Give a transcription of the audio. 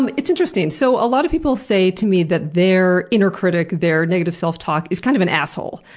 um it's interesting. so, a lot of people say to me that their inner critic, their negative self-talk, is kind of an asshole.